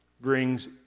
brings